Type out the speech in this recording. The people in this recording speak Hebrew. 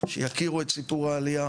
שיכירו את סיפור העלייה,